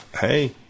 Hey